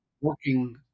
working